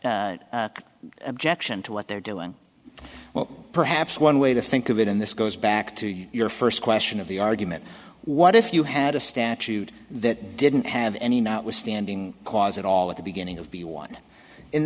obvious objection to what they're doing well perhaps one way to think of it and this goes back to your first question of the argument what if you had a statute that didn't have any notwithstanding clause at all at the beginning of the one in